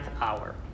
hour